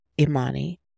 Imani